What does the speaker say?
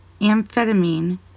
amphetamine